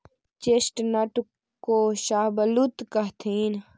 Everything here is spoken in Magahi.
चेस्टनट को शाहबलूत कहथीन